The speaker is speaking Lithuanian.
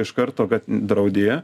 iš karto kad draudi ją